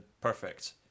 perfect